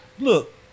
look